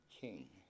king